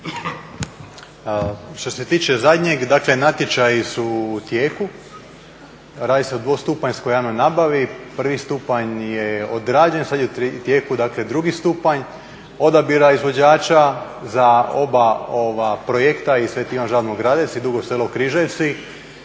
Što se tiče zadnjeg, dakle natječaji su u tijeku. Radi se o dvostupanjskoj javnoj nabavi. Prvi stupanj je odrađen, sad je u tijeku dakle drugi stupanj odabira izvođača za oba projekta i Sv. Ivan Žabno – Gradec i Dugo Selo Križevci